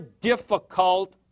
difficult